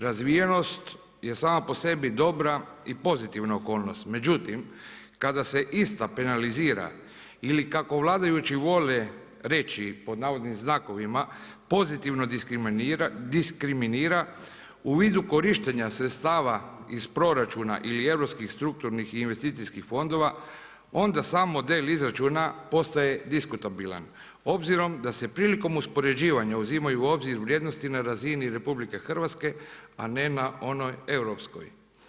Razvijenost je sama po sebi dobra i pozitivna okolnost, međutim kada se ista penalizira ili kako vladajući vole reći pod navodnim znakovima pozitivno diskriminira u vidu korištenja sredstava iz proračuna ili europskih strukturnih i investicijskih fondova, onda sam model izračuna postaje diskutabilan obzirom da se prilikom uspoređivanja uzimaju u obzir vrijednosti na razini RH a ne na onoj europskoj.